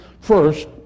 First